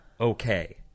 Okay